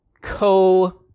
co-